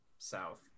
south